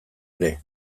ere